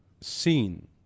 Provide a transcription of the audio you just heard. seen